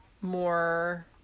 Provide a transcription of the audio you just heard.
more